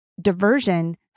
diversion